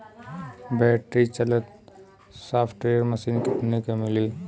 Battery चलत sprayer machine कितना क मिली?